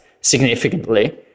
significantly